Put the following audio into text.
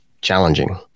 challenging